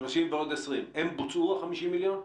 30 ועוד 20. ה-50 מיליון בוצעו?